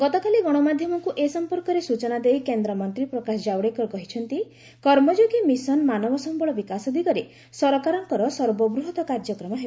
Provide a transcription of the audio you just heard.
ଗତକାଲି ଗଣମାଧ୍ୟମକୁ ଏ ସମ୍ପର୍କରେ ସୂଚନା ଦେଇ କେନ୍ଦ୍ରମନ୍ତ୍ରୀ ପ୍ରକାଶ ଜାବଡେକର କହିଛନ୍ତି କର୍ମଯୋଗୀ ମିଶନ୍ ମାନବ ସମ୍ଭଳ ବିକାଶ ଦିଗରେ ସରକାରଙ୍କର ସର୍ବବୃହତ କାର୍ଯ୍ୟକ୍ରମ ହେବ